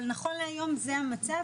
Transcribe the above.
אבל נכון להיום זה המצב,